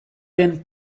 den